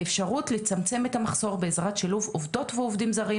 האפשרות לצמצם את המחסור בעזרת שילוב עובדות ועובדים זרים